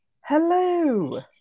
hello